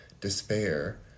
despair